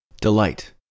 delight